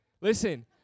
Listen